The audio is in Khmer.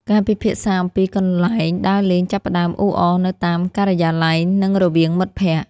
ការពិភាក្សាអំពីកន្លែងដើរលេងចាប់ផ្ដើមអ៊ូអរនៅតាមការិយាល័យ និងរវាងមិត្តភក្ដិ។